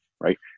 Right